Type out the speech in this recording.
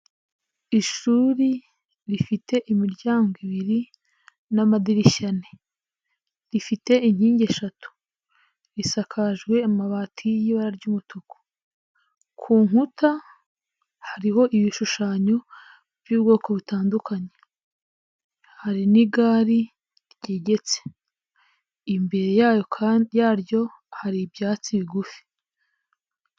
Ishuri rifite imiryango ibiri n'amadirishya ane, rifite inkingi eshatu, risakajwe amabati y'ibara ry'umutuku, ku nkuta hariho ibishushanyo by'ubwoko butandukanye, hari n'igare ryegetse. Imbere yaryo kandi hari ibyatsi bigufi.